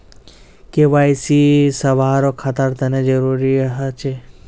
KYC सभारो खातार तने जरुरी ह छेक